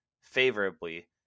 favorably